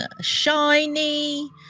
shiny